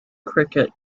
cricket